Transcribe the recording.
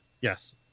yes